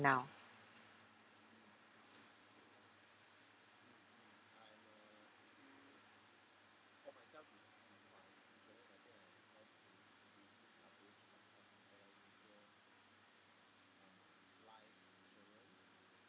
now